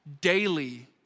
daily